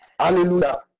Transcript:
Hallelujah